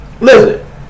listen